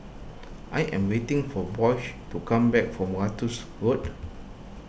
I am waiting for Boyce to come back from Ratus Road